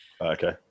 Okay